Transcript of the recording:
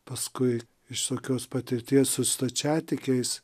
paskui iš tokios patirties su stačiatikiais